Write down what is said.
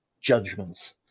judgments